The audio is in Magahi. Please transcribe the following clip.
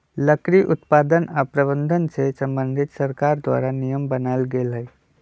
लकड़ी उत्पादन आऽ प्रबंधन से संबंधित सरकार द्वारा नियम बनाएल गेल हइ